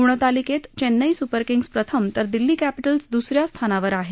गुणतालिकेत Chennai Super Kings प्रथम तर दिल्ली कॅपिटल्स दुसऱ्या स्थानावर आहे